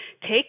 take